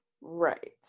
right